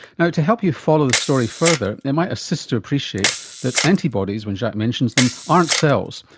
now to help you follow the story further, it might assist to appreciate that antibodies when jacques mentions them aren't cells,